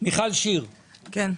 מיכל שיר, בקצרה.